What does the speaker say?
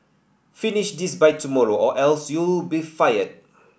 finish this by tomorrow or else you'll be fired